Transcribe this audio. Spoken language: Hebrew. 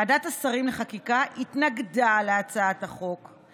ועדת השרים לחקיקה התנגדה להצעת החוק.